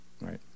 right